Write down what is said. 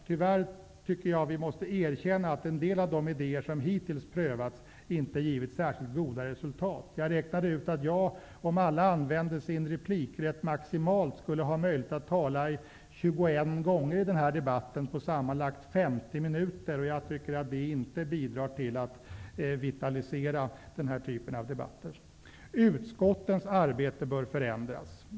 Tyvärr måste vi erkänna att en del av de idéer som hittills prövats inte givit särskilt goda resultat. Jag räknade ut att jag, om alla använde sin replikrätt maximalt, skulle ha möjlighet att tala 21 gånger i den debatten under sammanlagt 50 minuter. Jag tycker inte att det bidrar till att vitalisera den här typen av debatter. Utskottens arbete bör förändras.